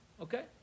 Okay